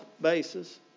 basis